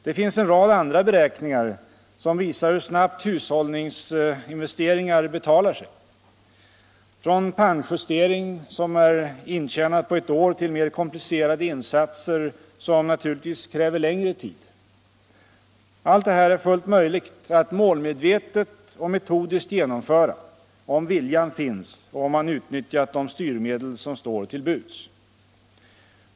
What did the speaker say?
Det finns en rad andra beräkningar, som visar hur snabbt hushållningsinvesteringar betalar sig — från pannjustering som är intjänad på ett år till mer komplicerade insatser som naturligtvis kräver längre tid. Allt detta är fullt möjligt att målmedvetet och metodiskt genomföra om viljan finns och om man utnyttjar de styrmedel som står till buds.